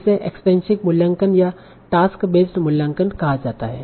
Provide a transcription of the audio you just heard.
इसे एक्सट्रिनसिक मूल्यांकन या टास्क बेस्ड मूल्यांकन कहा जाता है